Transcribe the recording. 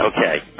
Okay